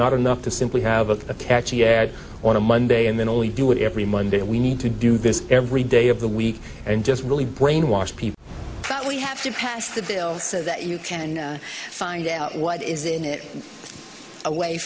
not enough to simply have a catchy ad on a monday and then only do it every monday we need to do this every day of the week and just really brainwash people that we have to pass the bill so that you can find out what is in it away